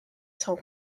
sans